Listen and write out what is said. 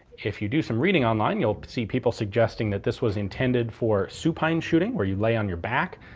if you do some reading online, you'll see people suggesting that this was intended for supine shooting. where you lay on your back.